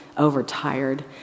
Overtired